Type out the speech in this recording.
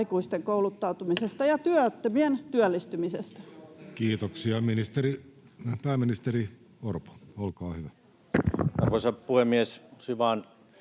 aikuisten kouluttautumisesta ja työttömien työllistymisestä? Kiitoksia. — Pääministeri Orpo, olkaa hyvä. Arvoisa puhemies! Olisin